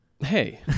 Hey